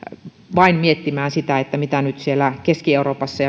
vain miettimään että miten nyt siellä keski euroopassa